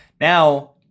Now